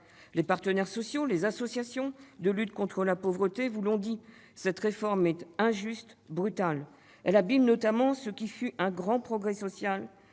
Les partenaires sociaux, les associations de lutte contre la pauvreté vous l'ont dit : cette réforme est injuste et brutale ; elle abîme notamment ce qui fut un grand progrès social